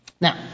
Now